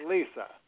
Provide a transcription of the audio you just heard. Lisa